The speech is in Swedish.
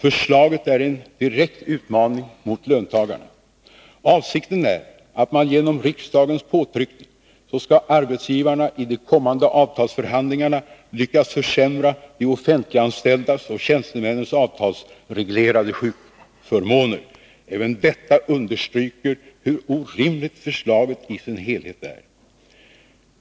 Förslaget är en direkt utmaning mot löntagarna. Avsikten är att genom riksdagens påtryckning arbetsgivarna i de kommande avtalsförhandlingarna skall lyckas försämra de offentliganställdas och tjänstemännens avtalsreglerade sjukförmåner. Även detta understryker hur orimligt förslaget i sin helhet är.